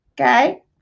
okay